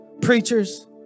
Preachers